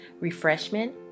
refreshment